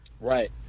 right